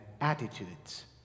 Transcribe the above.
attitudes